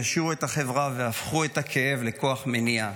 העשירו את החברה והפכו את הכאב לכוח מניע.